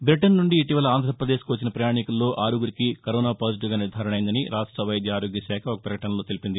bitten నుంచి ఇటీవల ఆంధ్రప్రదేశ్కు వచ్చిన ప్రయాణికుల్లో ఆరుగురికి కరోనా పాజిటివ్గా నిర్ధారణ అయ్యిందని రాష్ట వైద్య ఆరోగ్య శాఖ ఒక ప్రకటనలో తెలిపింది